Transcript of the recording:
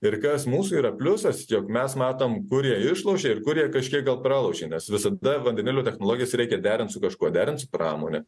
ir kas mūsų yra pliusas jog mes matom kur jie išlošė ir kur jie kažkiek gal pralošė nes visada vandenilio technologijas reikia derint su kažkuo derint su pramone